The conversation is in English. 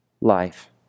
Life